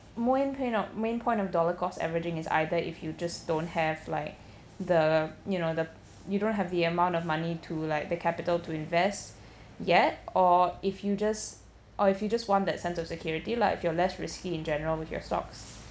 point of main point of dollar cost averaging is either if you just don't have like the you know the you don't have the amount of money to like the capital to invest yet or if you just or if you just want that sense of security lah if you're less risky in general with your stocks